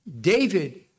David